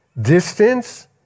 Distance